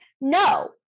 No